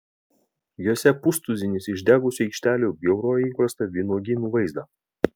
jose pustuzinis išdegusių aikštelių bjaurojo įprastą vynuogyno vaizdą